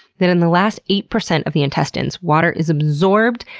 that in the last eight percent of the intestines, water is absorbed,